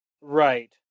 Right